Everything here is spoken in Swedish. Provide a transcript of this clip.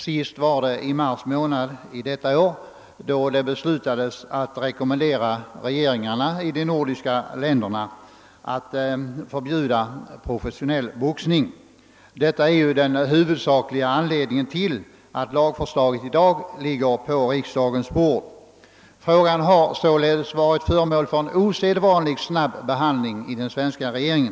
Senast skedde det i mars må nad detta år, då man beslutade att rekommendera regeringarna i de nordiska länderna att förbjuda professionell boxning. Detta är också den huvudsakliga anledningen till det lagförslag som i dag ligger på riksdagens bord. Frågan har således blivit föremål för en osedvanligt snabb handläggning av den svenska regeringen.